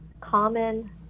common